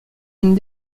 une